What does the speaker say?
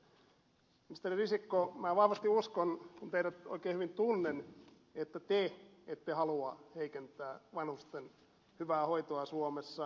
ministeri risikko minä vahvasti uskon kun teidät oikein hyvin tunnen että te ette halua heikentää vanhusten hyvää hoitoa suomessa